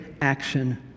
action